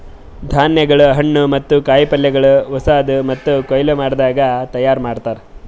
ಧಾನ್ಯಗೊಳ್, ಹಣ್ಣು ಮತ್ತ ಕಾಯಿ ಪಲ್ಯಗೊಳ್ ಹೊಸಾದು ಮತ್ತ ಕೊಯ್ಲು ಮಾಡದಾಗ್ ತೈಯಾರ್ ಮಾಡ್ತಾರ್